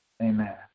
Amen